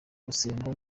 rusengo